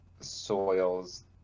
soils